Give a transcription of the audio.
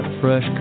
Fresh